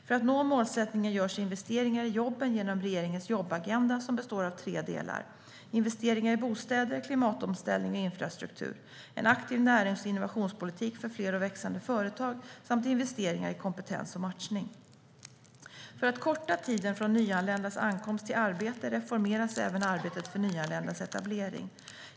För att nå målsättningen görs investeringar i jobben genom regeringens jobbagenda, som består av tre delar: investeringar i bostäder, klimatomställning och infrastruktur, en aktiv närings och innovationspolitik för fler och växande företag samt investeringar i kompetens och matchning. För att korta tiden från nyanländas ankomst till arbete reformeras även arbetet för nyanländas etablering.